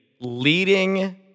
leading